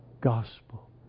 Gospel